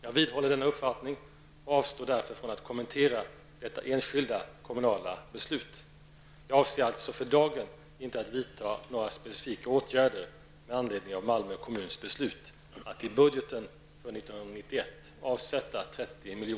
Jag vidhåller denna uppfattning och avstår därför från att kommentera detta enskilda kommunala beslut. Jag avser alltså för dagen inte att vidta några specifika åtgärder med anledning av Malmö kommuns beslut att i budgeten för 1991 avsätta 30